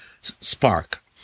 spark